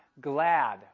glad